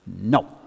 no